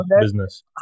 business